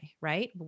right